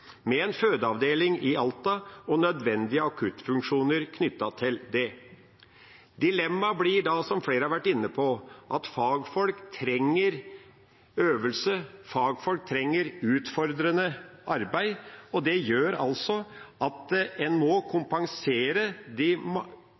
med en fødeavdeling i Alta og nødvendige akuttfunksjoner knyttet til det. Dilemmaet blir, som flere har vært inne på, at fagfolk trenger øvelse, fagfolk trenger utfordrende arbeid, og det gjør at en må